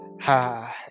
Ha